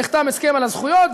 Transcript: נחתם הסכם על הזכויות,